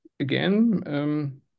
again